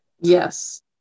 yes